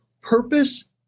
Purpose